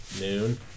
noon